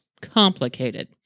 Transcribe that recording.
complicated